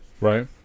Right